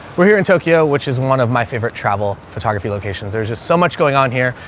we're here in tokyo, which is one of my favorite travel photography locations. there's just so much going on here,